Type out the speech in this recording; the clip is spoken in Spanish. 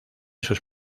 sus